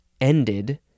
ended